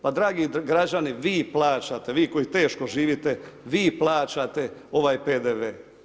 Pa dragi građani, vi plaćate, vi koji teško živite, vi plaćate ovaj PDV.